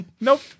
Nope